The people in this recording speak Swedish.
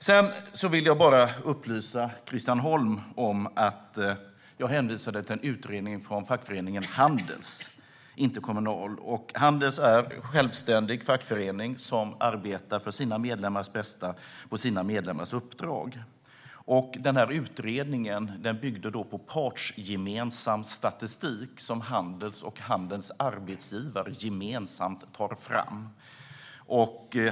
Jag vill upplysa Christian Holm Barenfeld om att jag hänvisade till en utredning från fackföreningen Handels, inte Kommunal. Handels är en självständig fackförening som arbetar för sina medlemmars bästa på deras uppdrag. Utredningen byggde på partsgemensam statistik som Handels och handelns arbetsgivarorganisation gemensamt tar fram.